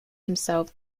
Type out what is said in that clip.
himself